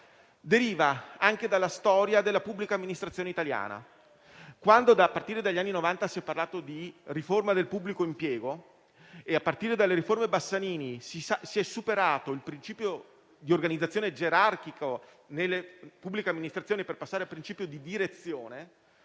deriva anche dalla storia della pubblica amministrazione italiana. Da quando, a partire dagli anni Novanta, si è parlato di riforma del pubblico impiego e, a partire dalle riforme Bassanini, si è superato il principio di organizzazione gerarchica nelle pubbliche amministrazioni per passare al principio di direzione,